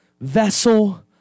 vessel